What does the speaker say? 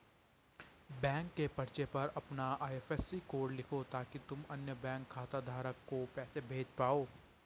bank के पर्चे पर अपना आई.एफ.एस.सी कोड लिखो ताकि तुम अन्य बैंक खाता धारक को पैसे भेज पाओ